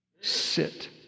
Sit